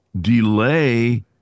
delay